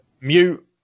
mute